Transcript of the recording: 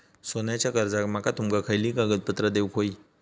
सोन्याच्या कर्जाक माका तुमका खयली कागदपत्रा देऊक व्हयी?